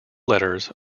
letters